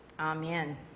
amen